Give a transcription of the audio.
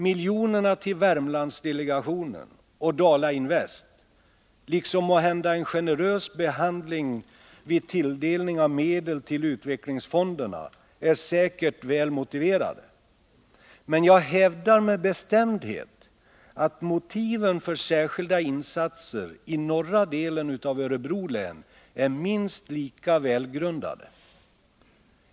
Miljonerna till Värmlandsdelegationen och Dalainvest, liksom måhända en generös behandling vid tilldelning av medel till utvecklingsfonderna, är säkert väl motiverade. Men jag hävdar med bestämdhet att motiven för särskilda insatser i norra delen av Örebro län är minst lika välgrundade.